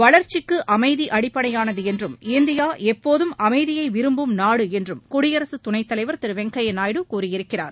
வளர்ச்சிக்கு அமைதி அடிப்படையானது என்றும் இந்தியா எப்போதும் அமைதியை விரும்பும் நாடு என்றும் குடியரசு துணைத்தலைவர் திரு வெங்கையா நாயுடு கூறியிருக்கிறார்